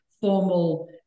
formal